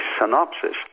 synopsis